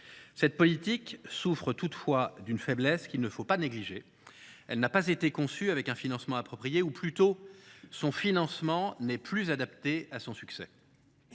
Cette politique souffre toutefois d’une faiblesse qu’il ne faut pas négliger : elle a été conçue sans le financement approprié ou, plutôt, son financement n’est plus adapté à son succès.